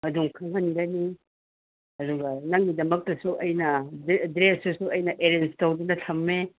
ꯑꯗꯨꯝ ꯈꯪꯍꯟꯒꯅꯤ ꯑꯗꯨꯒ ꯅꯪꯒꯤꯗꯃꯛꯇꯁꯨ ꯑꯩꯅ ꯗꯔꯦꯁꯇꯨꯁꯨ ꯑꯩꯅ ꯑꯦꯔꯦꯟꯁ ꯇꯧꯗꯨꯅ ꯊꯝꯃꯦ